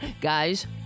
Guys